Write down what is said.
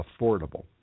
affordable